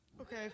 Okay